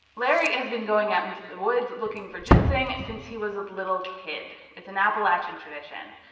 larry has been going out into the woods looking for ginseng since he was a little kid. it's an appalachian tradition.